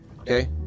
okay